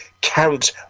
Count